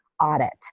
audit